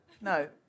No